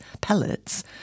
pellets